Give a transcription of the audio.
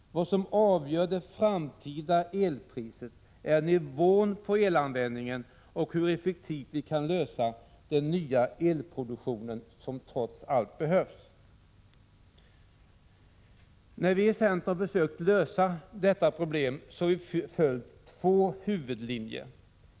Vad som avgör det framtida elpriset är nivån på elanvändningen och hur effektivt vi kan lösa problemet med den nya elproduktion som trots allt behövs. När vi i centern har försökt lösa detta problem har vi följt två huvudlinjer.